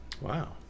Wow